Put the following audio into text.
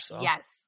Yes